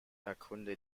erkunde